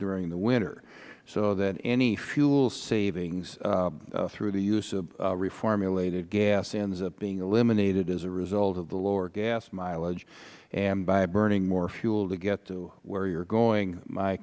during the winter so that any fuel savings through the use of reformulated gas ends up being eliminated as a result of the lower gas mileage and by burning more fuel to get to where you are going my